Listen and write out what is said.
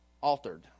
altered